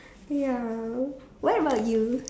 ya what about you